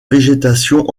végétation